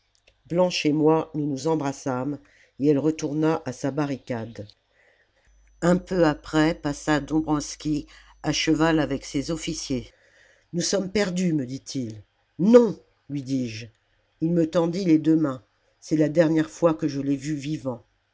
blanche et moi nous nous embrassâmes et elle retourna à sa barricade un peu après passa dombwroski à cheval avec ses officiers nous sommes perdus me dit-il non lui dis-je il me tendit les deux mains c'est la dernière fois que je l'ai vu vivant